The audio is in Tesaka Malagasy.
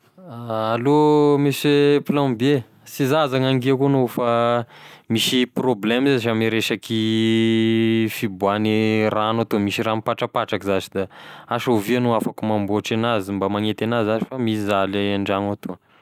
Allô mesie plombie, sy za zany gn'angiako agnao fa misy prôblemo zany zash ame resaky fiboahane ragno atoa misy ragno mipatrapatraky zash da asa ovia agnao afaky mamboatry anazy mba magnety anazy zash fa mizaly iahy andragno atoa